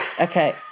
Okay